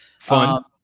Fun